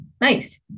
nice